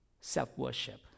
self-worship